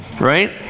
right